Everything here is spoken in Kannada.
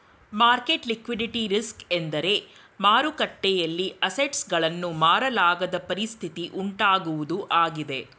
ಮಾರ್ಕೆಟ್ ಲಿಕ್ವಿಡಿಟಿ ರಿಸ್ಕ್ ಎಂದರೆ ಮಾರುಕಟ್ಟೆಯಲ್ಲಿ ಅಸೆಟ್ಸ್ ಗಳನ್ನು ಮಾರಲಾಗದ ಪರಿಸ್ಥಿತಿ ಉಂಟಾಗುವುದು ಆಗಿದೆ